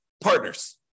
partners